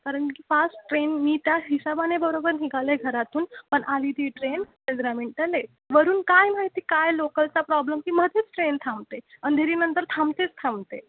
कारणकी fast train मी त्या हिशोबाने बरोबर निघाले घरातून पण आली ती ट्रेन पंधरा मिनटं लेट वरून काय माहिती काय लोकलचा प्रॉब्लम की मध्येच ट्रेन थांबते अंधेरीनंतर थांबतेच थांबते